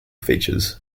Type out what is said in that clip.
features